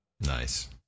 nice